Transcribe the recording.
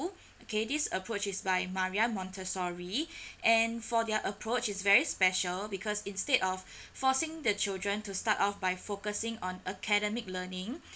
okay this approach is by maria montessori and for their approach it's very special because instead of forcing the children to start off by focusing on academic learning